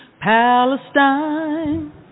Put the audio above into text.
Palestine